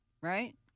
right